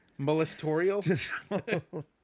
Molestorial